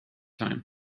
time